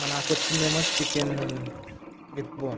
నాకు వచ్చిందేమో chicken with bone